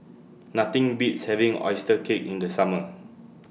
Nothing Beats having Oyster Cake in The Summer